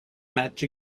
match